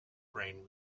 brain